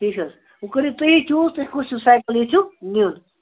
ٹھیٖک چھُ حظ وۅنۍ کٔرِو تُہی چوٗز تۅہہِ کُس چھُ سایکَل ییٚژھِو نِیُن